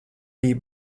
bija